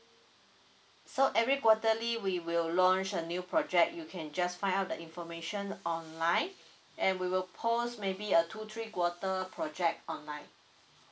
so every quarterly we will launch a new project you can just find out the information online and we will post maybe a two three quarter project online